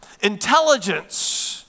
Intelligence